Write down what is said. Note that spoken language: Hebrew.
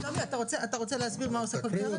שלומי, אתה רוצה להסביר מה עושה כל קרן?